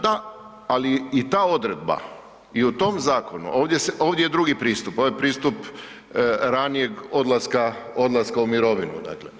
Da, ali i ta odredba, i u tom zakonu, ovdje je drugi pristup, ovdje je pristup ranijeg odlaska, odlaska u mirovinu dakle.